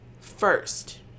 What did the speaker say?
first